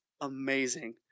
amazing